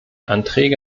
anträge